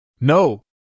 No